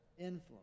influence